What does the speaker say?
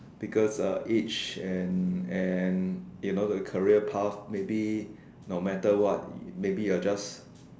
because uh age and and you know the career path maybe no matter what maybe you're just